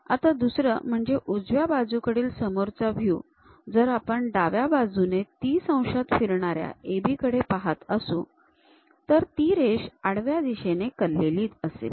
आता दुसर म्हणजे उजव्या बाजूकडील समोरचा व्ह्यू जर आपण डाव्या बाजूने ३० अंशात फिरणाऱ्या AB कडे पाहत असू तर ती रेष आडव्या दिशेने कललेली दिसेल